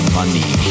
money